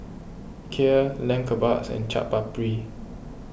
Kheer Lamb Kebabs and Chaat Papri